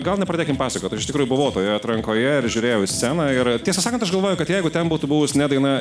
gal nepradėkim pasakot aš iš tikrųjų buvau toje atrankoje ir žiūrėjau į sceną ir tiesą sakant aš galvoju kad jeigu ten būtų buvus ne daina